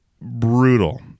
brutal